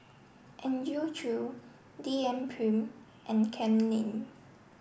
Andrew Chew D N Prim and Kam Ning